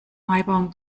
maibaum